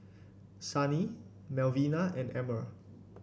Sunny Melvina and Emmer